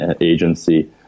agency